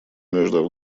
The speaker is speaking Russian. между